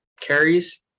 carries